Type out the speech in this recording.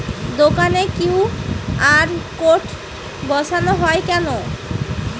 দোকানে QR code বসানো হয় কেন?